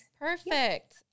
Perfect